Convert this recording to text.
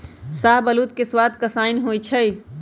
शाहबलूत के सवाद कसाइन्न होइ छइ